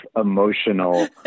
emotional